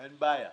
אין בעיה.